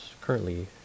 currently